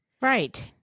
Right